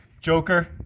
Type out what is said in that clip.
Joker